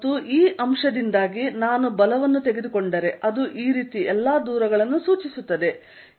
ಮತ್ತು ಈ ಅಂಶದಿಂದಾಗಿ ನಾನು ಬಲವನ್ನು ತೆಗೆದುಕೊಂಡರೆ ಅದು ಈ ರೀತಿ ಎಲ್ಲಾ ದೂರಗಳನ್ನು ಸೂಚಿಸುತ್ತದೆ